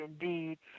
indeed